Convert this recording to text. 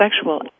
sexual